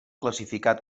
classificat